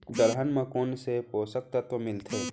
दलहन म कोन से पोसक तत्व मिलथे?